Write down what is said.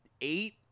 eight